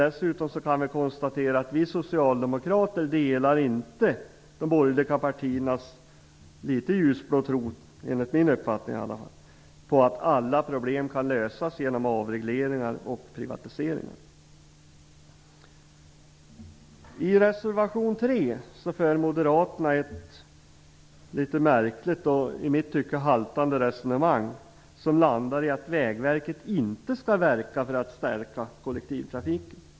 Dessutom kan vi konstatera att vi socialdemokrater inte delar de borgerliga partiernas, enligt min uppfattning, litet ljusblå tro på att alla problem kan lösas genom avregleringar och privatiseringar. I reservation 3 för moderaterna ett litet märkligt och i mitt tycke haltande resonemang som landar i att Vägverket inte skall verka för att stärka kollektivtrafiken.